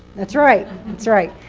that's right. that's right.